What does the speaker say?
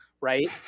Right